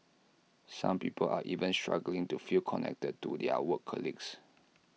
some people are even struggling to feel connected to their work colleagues